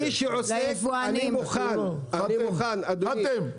מי שרוצה אני מוכן, אני מוכן אדוני.